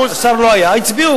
השר לא היה, הצביעו.